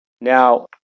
Now